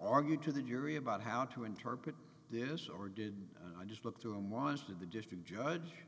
argued to the jury about how to interpret this or did i just look through them honestly the district judge